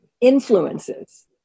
influences